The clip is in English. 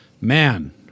man